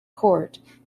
court